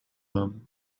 them